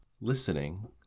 listening